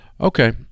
Okay